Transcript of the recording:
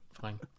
fine